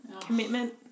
Commitment